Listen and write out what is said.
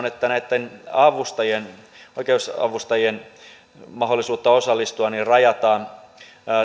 että näitten oikeusavustajien mahdollisuutta osallistua rajataan